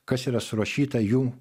kas yra surašyta jų